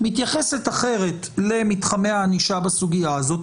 מתייחסת אחרת למתחמי הענישה בסוגיה הזאת,